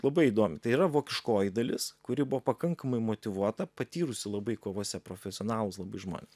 labai įdomi tai yra vokiškoji dalis kuri buvo pakankamai motyvuota patyrusi labai kovose profesionalūs labai žmonės